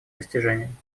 достижением